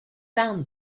found